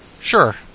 sure